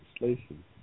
legislation